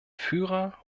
führer